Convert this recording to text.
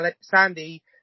Sandy